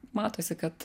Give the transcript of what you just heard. matosi kad